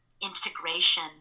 integration